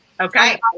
Okay